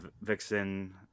Vixen